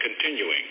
continuing